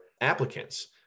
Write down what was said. applicants